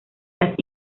las